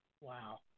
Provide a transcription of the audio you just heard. Wow